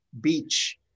beach